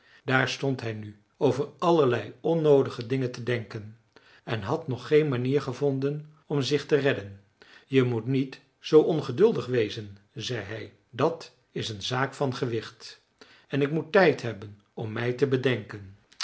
daar stond hij nu over allerlei onnoodige dingen te denken en had nog geen manier gevonden om zich te redden je moet niet zoo ongeduldig wezen zei hij dat is een zaak van gewicht en ik moet tijd hebben om mij te bedenken